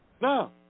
No